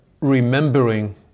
remembering